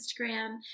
Instagram